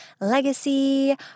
legacy